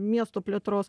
miesto plėtros